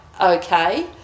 okay